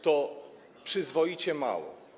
To przyzwoicie mało.